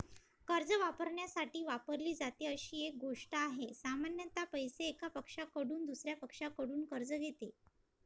कर्ज वापरण्यासाठी वापरली जाते अशी एक गोष्ट आहे, सामान्यत पैसे, एका पक्षाकडून दुसर्या पक्षाकडून कर्ज घेते